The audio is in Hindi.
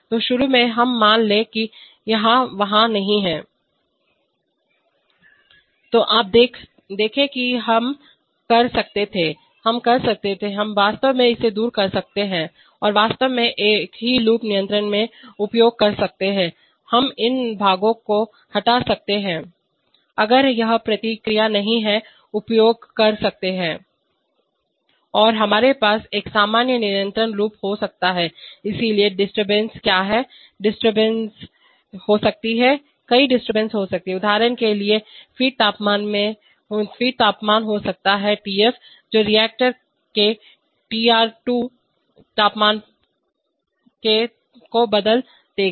तो शुरू में हम मान लें कि यह वहाँ नहीं है तो आप देखें कि हम कर सकते थे हम कर सकते थे हम वास्तव में इसे दूर कर सकते हैं और वास्तव में एक ही लूप नियंत्रण में उपयोग कर सकते हैं हम इन भागों को हटा सकते हैं अगर यह प्रतिक्रिया नहीं है उपयोग कर सकते हैं और हमारे पास एक सामान्य नियंत्रण लूप हो सकता है इसलिए गड़बड़ीडिस्टर्बेंस क्या है गड़बड़ीडिस्टर्बेंस हो सकती है कई गड़बड़ीडिस्टर्बेंस हो सकती है उदाहरण के लिए एक फीड तापमान हो सकता है टीएफ जो रिएक्टर के Tr2 तापमान के तापमान को बदल देगा